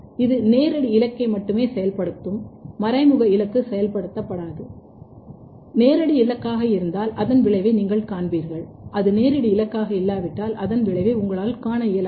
இது நேரடி இலக்கை மட்டுமே செயல்படுத்தும் மறைமுக இலக்கு செயல்படுத்தப்படாது அது நேரடி இலக்காக இருந்தால் அதன் விளைவை நீங்கள் காண்பீர்கள் அது நேரடி இலக்காக இல்லாவிட்டால் அதன் விளைவை உங்களால் காண இயலாது